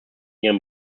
ihrem